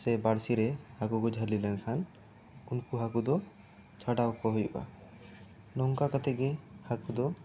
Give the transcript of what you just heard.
ᱥᱮ ᱵᱟᱹᱲᱥᱤ ᱨᱮ ᱦᱟᱹᱠᱩ ᱠᱚ ᱡᱷᱟᱹᱞᱤ ᱞᱮᱱᱠᱷᱟᱱ ᱩᱱᱠᱩ ᱦᱟᱹᱠᱩ ᱫᱚ ᱪᱷᱟᱰᱟᱣ ᱠᱚ ᱦᱩᱭᱩᱜᱼᱟ ᱱᱚᱝᱠᱟ ᱠᱟᱛᱮᱜ ᱜᱮ ᱦᱟᱹᱠᱩ ᱫᱚ